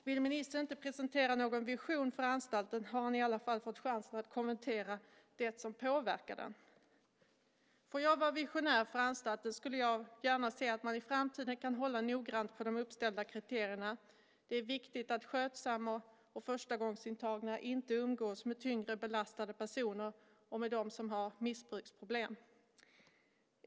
Om ministern inte vill presentera någon vision för anstalten, så har han i alla fall fått chans att kommentera det som påverkar den. Om jag fick vara visionär för anstalten skulle jag gärna se att man i framtiden kan hålla noggrant på de uppställda kriterierna. Det är viktigt att skötsamma personer och förstagångsintagna inte umgås med tyngre belastade personer och med dem som har missbruksproblem.